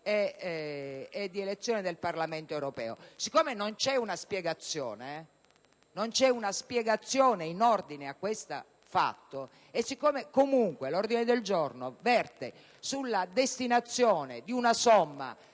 e le elezioni del Parlamento europeo. Siccome non c'è una spiegazione in ordine a questo fatto e siccome l'ordine del giorno verte sul risparmio di una somma